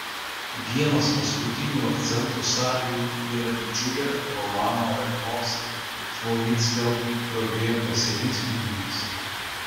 vienas paskutinių akcentų salėje yra didžiulė romano aleknos švoinickio drobė pasilinksminimas